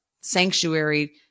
sanctuary